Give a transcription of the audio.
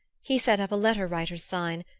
he set up a letter-writer's sign,